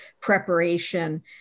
preparation